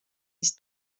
nicht